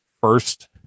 first